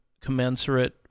commensurate